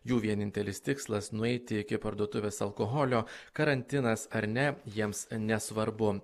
jų vienintelis tikslas nueiti iki parduotuvės alkoholio karantinas ar ne jiems nesvarbu